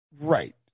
Right